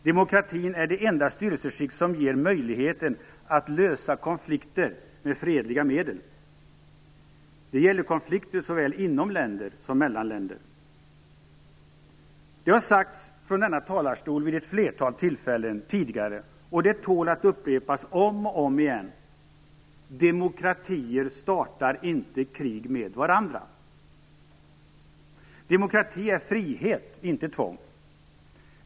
Demokratin är det enda styrelseskick som ger möjlighet att lösa konflikter med fredliga medel. Det gäller konflikter såväl inom länder som mellan länder. Det har sagts från denna talarstol vid ett flertal tillfällen tidigare, och det tål att upprepas om och om igen: Demokratier startar inte krig med varandra. Demokrati är frihet - inte tvång.